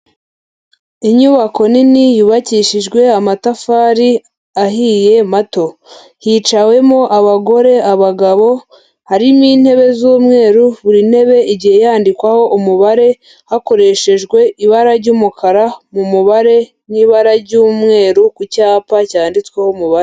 Inyubako nini yubakishijwe amatafari ahiye mato. Hiciwemo abagore, abagabo, harimo intebe z'umweru, buri ntebe igiye yandikwaho umubare hakoreshejwe ibara ry'umukara mu mubare, n'ibara ry'umweru ku cyapa cyanditsweho umubare.